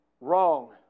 wrong